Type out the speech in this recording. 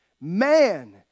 Man